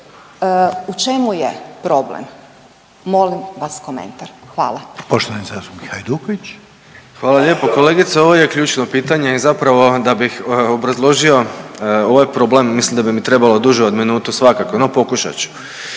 **Hajduković, Domagoj (Socijaldemokrati)** Hvala lijepo kolegice. Ovo je ključno pitanje i zapravo da bih obrazložio ovaj problem mislim da bi mi trebalo duže od minutu svakako, no pokušat ću.